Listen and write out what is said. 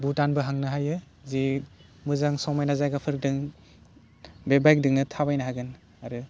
भुटानबो हांनो हायो जि मोजां समायना जायगाफोरदों बे बाइकदोंनो थाबायनो हागोन आरो